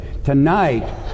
Tonight